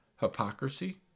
hypocrisy